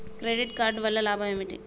Credit card వల్ల లాభం ఏంటి?